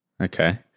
okay